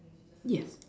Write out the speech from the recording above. yeah